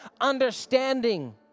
understanding